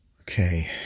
Okay